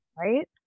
right